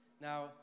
Now